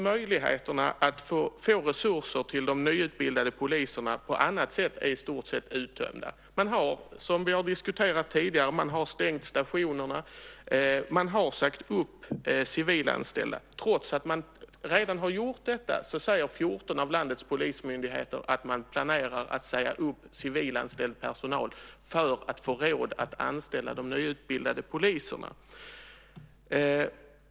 Möjligheterna att få resurser till de nyutbildade poliserna på annat sätt är i stort sett uttömda. Man har, som vi har diskuterat tidigare, stängt stationerna. Man har sagt upp civilanställda. Trots att man redan har gjort detta säger 14 av landets polismyndigheter att man planerar att säga upp civilanställd personal för att få råd att anställa de nyutbildade poliserna.